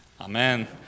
Amen